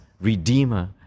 redeemer